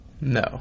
No